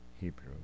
hebrew